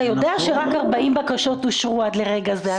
אתה יודע שרק 40 בקשות אושרו עד לרגע זה.